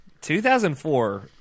2004